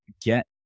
get